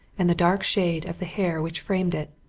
and the dark shade of the hair which framed it.